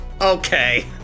okay